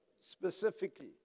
specifically